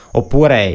oppure